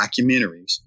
documentaries